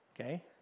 Okay